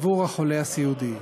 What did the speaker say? לחולה סיעודי.